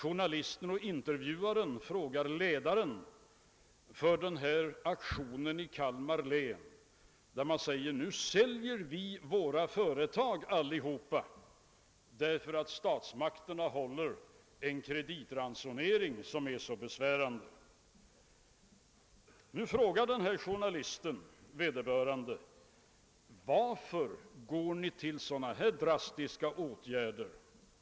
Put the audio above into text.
Journalisten och intervjuaren frågade ut ledaren för aktionen i Kalmar län, som sade: Nu säljer vi alla våra företag därför att statsmakterna infört en kreditransonering som är så besvärande. Journalisten frågade vederbörande: Varför tar ni till så här drastiska åtgärder?